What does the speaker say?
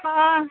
ହଁ